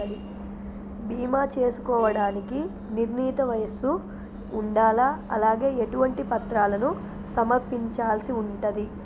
బీమా చేసుకోవడానికి నిర్ణీత వయస్సు ఉండాలా? అలాగే ఎటువంటి పత్రాలను సమర్పించాల్సి ఉంటది?